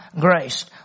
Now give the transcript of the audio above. grace